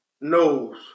knows